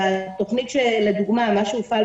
בתוכנית שהופעלה